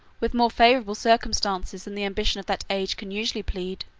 with more favorable circumstances than the ambition of that age can usually plead,